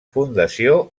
fundació